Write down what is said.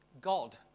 God